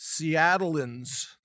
Seattleans